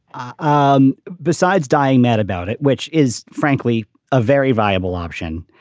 ah um besides dying mad about it, which is frankly a very viable option.